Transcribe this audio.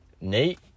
Nate